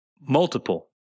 multiple